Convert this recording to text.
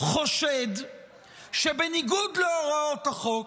חושד שבניגוד להוראות החוק,